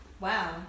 Wow